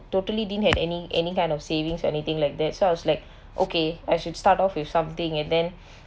totally didn't had any any kind of savings or anything like that so I was like okay I should start off with something and then